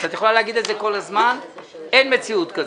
את יכולה להגיד את זה כל הזמן, אין מציאות כזאת.